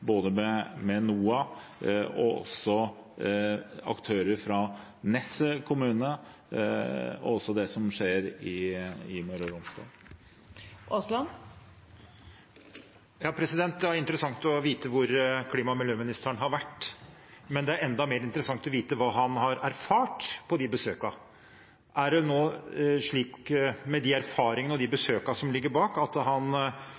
med både NOAH og aktører fra Nesset kommune i forbindelse med det som skjer i Møre og Romsdal. Det blir oppfølgingsspørsmål – først Terje Aasland. Det er interessant å vite hvor klima- og miljøministeren har vært. Men det er enda mer interessant å vite hva han har erfart på de besøkene. Med de erfaringene og besøkene som grunnlag, er det